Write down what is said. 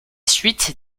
suite